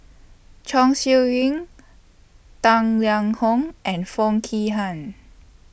Chong Siew Ying Tang Liang Hong and Foo Kee Han